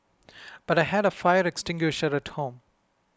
but I had a fire extinguisher at home